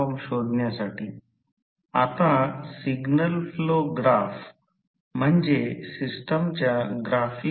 तर या प्रकरणात काय घडेल फेरोमॅग्नेटिक मटेरियल जे पूर्णपणे डीमॅग्नेटाइज्ड केले जाते म्हणजे याचा अर्थ ते 0 पासून सुरू होत आहे